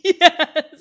yes